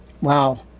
wow